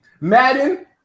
Madden